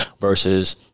versus